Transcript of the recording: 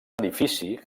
edifici